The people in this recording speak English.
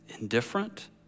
indifferent